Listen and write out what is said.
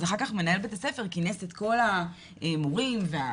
אז אחר כך מנהל בית הספר כינס את כל המורים והרכזים